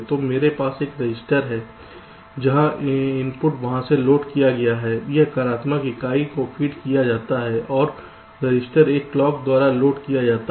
तो मेरे पास एक रजिस्टर है जहां इनपुट वहां से लोड किया गया है यह कार्यात्मक इकाई को फीड किया जाता है और रजिस्टर एक क्लॉक द्वारा लोड किया जाता है